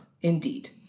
Indeed